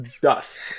dust